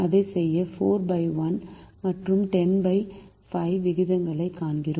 அதைச் செய்ய 41 மற்றும் 105 விகிதங்களைக் காண்கிறோம்